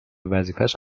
وظیفهش